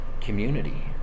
community